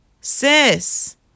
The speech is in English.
sis